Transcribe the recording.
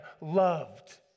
loved